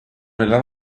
veel